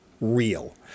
real